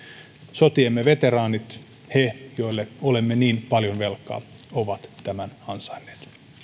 sotiemme veteraanit he joille olemme niin paljon velkaa ovat tämän ansainneet